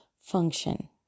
function